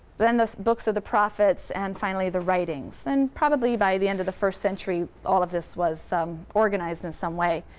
then the books of the prophets and finally the writings. and probably by the end of the first century, all of this was organized in some way.